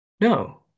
No